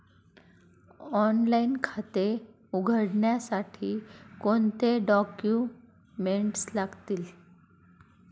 Online खाते उघडण्यासाठी कोणते डॉक्युमेंट्स लागतील?